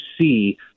see